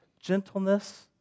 gentleness